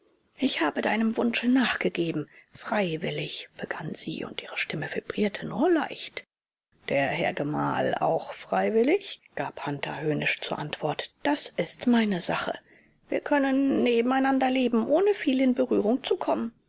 ich habe deinem wunsche nachgegeben freiwillig begann sie und ihre stimme vibrierte nur leicht der herr gemahl auch freiwillig gab hunter höhnisch zur antwort das ist meine sache wir können nebeneinander leben ohne viel in berührung zu kommen